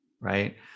Right